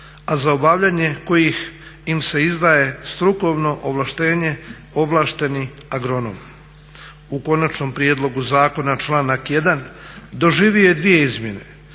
a za obavljanje kojih im se izdaje strukovno ovlaštenje ovlaštenih agronoma. U konačnom prijedlogu zakona članak 1. doživio je dvije izmjene.